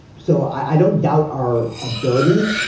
so i don't doubt our ability.